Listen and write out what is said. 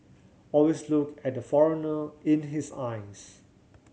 always look at the foreigner in his eyes